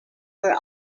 were